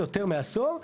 יותר מעשור,